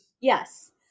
Yes